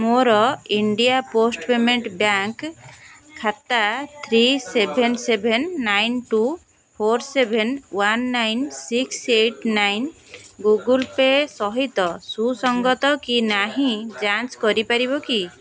ମୋର India post payment bank ଖାତା three seven seven nine two four seven one nine six eight six eight nine Google pay ସହିତ ସୁସଙ୍ଗତ କି ନାହିଁ ଯାଞ୍ଚ କରିପାରିବ କି